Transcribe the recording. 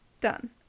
Done